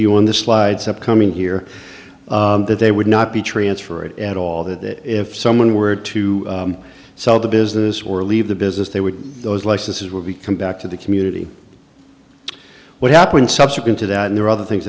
you on the slides up coming here that they would not be transferred at all that if someone were to sell the business or leave the business they would those licenses will be come back to the community what happened subsequent to that and there are other things